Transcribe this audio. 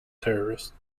terrorists